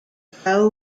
pro